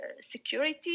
security